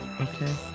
Okay